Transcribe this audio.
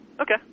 Okay